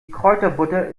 kräuterbutter